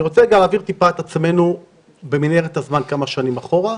אני רוצה להעביר אותנו במנהרת הזמן כמה שנים אחורה,